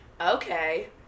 Okay